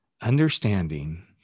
understanding